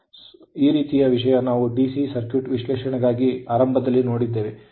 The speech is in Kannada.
ಸ್ವಲ್ಪ ಈ ರೀತಿಯ ವಿಷಯ ನಾವು ಡಿಸಿ ಸರ್ಕ್ಯೂಟ್ ವಿಶ್ಲೇಷಣೆಗಾಗಿ ಆರಂಭದಲ್ಲಿ ನೋಡಿದ್ದೇವೆ